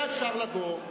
היה אפשר לבוא.